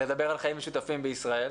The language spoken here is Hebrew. לדבר על חיים משותפים בישראל.